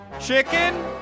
chicken